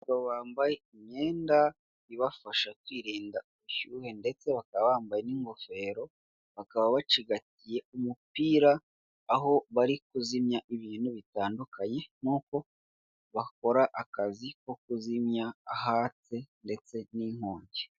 Mu muhanda hari abantu benshi bari guturuka mu mpande zitandukanye. Hari umuhanda w'abanyamaguru hejuru hari na kaburimbo iri kunyuramo moto hagati aho abantu ba bari kunyura cyangwa ku mpande z'uwo muhanda abanyamaguru bari kunyuramo hari inyubako ku ruhande rw'iburyo no kuhande rw'ibumoso hino hari ipoto.